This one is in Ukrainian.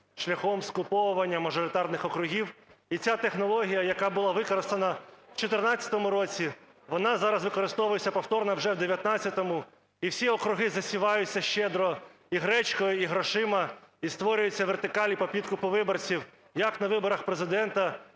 шляхом скуповування мажоритарних округів. І ця технологія, яка була використана в 14-му році, вона зараз використовується повторно вже в 19-му. І всі округи засіваються щедро і гречкою, і грошима, і створюються вертикалі по підкупу виборців як на виборах Президента,